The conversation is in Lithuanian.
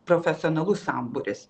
profesionalus sambūris